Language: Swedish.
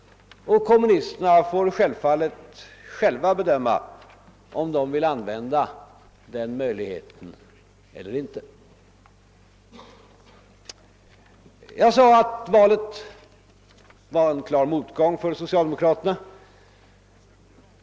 Kommunisterna får givetvis själva bedöma om de vill använda den möjligheten eller inte. Jag sade att valet var en klar motgång för socialdemokraterna.